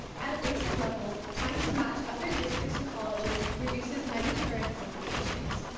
at a basic level, trying to match other districts and colleges reduces many current complications.